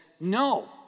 no